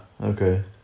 okay